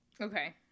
Okay